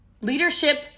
leadership